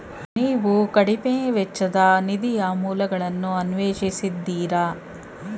ನೀವು ಕಡಿಮೆ ವೆಚ್ಚದ ನಿಧಿಯ ಮೂಲಗಳನ್ನು ಅನ್ವೇಷಿಸಿದ್ದೀರಾ?